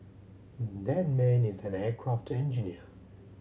that man is an aircraft engineer